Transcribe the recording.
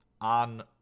on